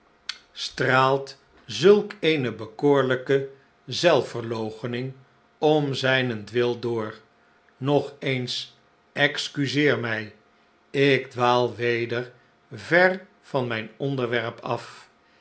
straalt zulk eene bekoorlijke zelfverloochening om zijnentwil door nog eens excuseer mij ik dwaal weder ver van mijn onderwerp af